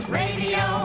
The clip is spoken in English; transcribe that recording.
radio